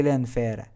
unfair